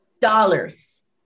dollars